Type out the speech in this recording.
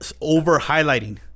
over-highlighting